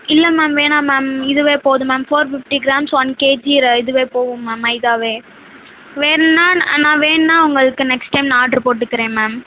இல்லை மேம் வேணாம் மேம் இதுவே போதும் ma'am four fifty grams one KG ர இதுவே போதும் மேம் மைதாவே வேணும்னா ந நான் வேணும்னா உங்களுக்கு நெக்ஸ்ட் டைம் நான் ஆர்ட்ரு போட்டுக்கிறேன் மேம்